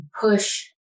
push